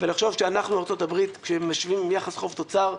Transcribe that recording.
ולחשוב שאנחנו ארצות הברית כשמשווים יחס חוב-תוצר,